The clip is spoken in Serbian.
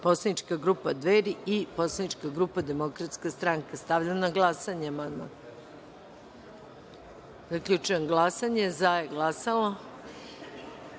Poslanička grupa Dveri i Poslanička grupa Demokratska stranka. Stavljam na glasanje. Zaključujem glasanje i saopštavam: